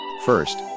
First